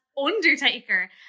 undertaker